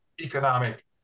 economic